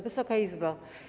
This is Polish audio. Wysoka Izbo!